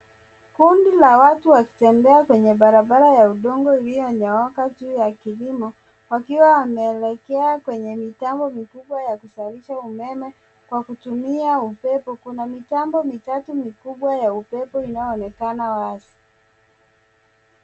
Kundi la watu wakitembea kwenye barabara ya udongo iliyonyooka juu ya kilimo wakiwa wameelekea kwenye mitambo mikubwa ya kuzalisha umeme kwa kutumia upepo. Kuna mitambo mitatu mikubwa ya upepo inayoonekana wazi.